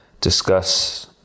discuss